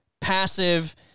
passive